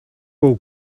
will